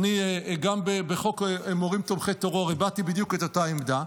גם בחוק מורים תומכי טרור הבעתי בדיוק את אותה עמדה,